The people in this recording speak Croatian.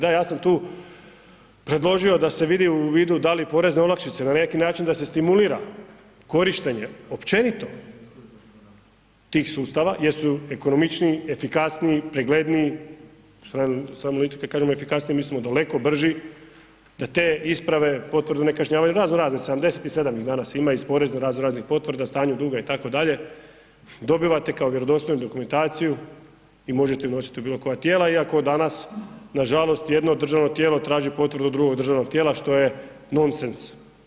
Da ja sam tu predložio da se vidi u vidu da li porezne olakšice, na neki način da se stimulira korištenje općenito tih sustava jer su ekonomičniji, efikasniji, pregledniji, … [[Govornik se ne razumije]] kažem efikasnije mislimo daleko brži, da te isprave, potvrdu o nekažnjavanju, razno razne, 77 ih danas ima iz porezne, razno raznih potvrda o stanju duga itd., dobivate kao vjerodostojnu dokumentaciju i možete ju nositi u bilo koja tijela iako danas nažalost jedno državno tijelo traži potvrdu od drugog državnog tijela što je nonsens.